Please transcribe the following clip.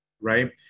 right